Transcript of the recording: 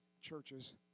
churches